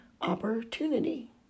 opportunity